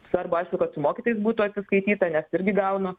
svarbu aišku kad su mokytojais būtų atsiskaityta nes irgi gaunu